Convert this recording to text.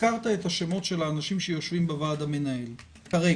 הזכרת את השמות של האנשים שיושבים בוועד המנהל כרגע,